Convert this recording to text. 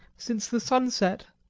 since the sunset.